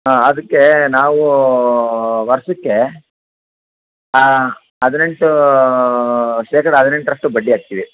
ಹಾಂ ಅದಕ್ಕೆ ನಾವು ವರ್ಷಕ್ಕೆ ಹದಿನೆಂಟು ಶೇಕಡಾ ಹದಿನೆಂಟರಷ್ಟು ಬಡ್ಡಿ ಹಾಕ್ತೀವಿ